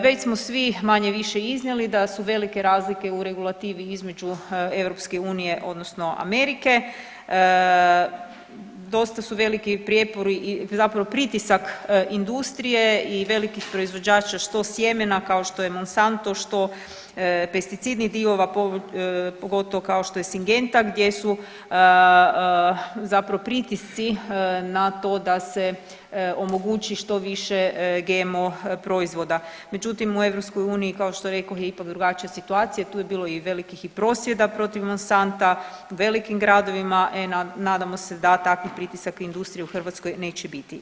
Već smo svi manje-više iznijeli da su velike razlike u regulativi između EU odnosno Amerike, dosta su veliki prijepori i zapravo pritisak industrije i velikih proizvođača što sjemena kao što je Monsanto, što pesticidni dio, ova pogotovo kao što je Sigentag gdje su zapravo pritisci na to da se omogući što više GMO proizvoda, međutim u EU kao što rekoh je ipak drugačija situacija, tu je bilo i velikih i prosvjeda protiv Monsanta u velikim gradovima, e nadamo se da takvih pritisaka industriji u Hrvatskoj neće biti.